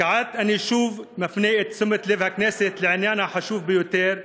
וכעת אני שוב מפנה את תשומת לב הכנסת לעניין החשוב ביותר,